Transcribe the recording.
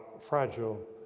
fragile